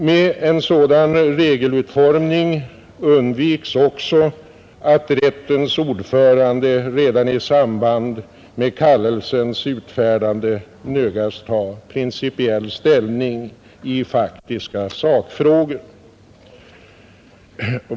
Med en sådan regelutformning undviks också att rättens ordförande redan i samband med kallelsens utfärdande nödgas ta principiell ställning i faktiska sakfrågor.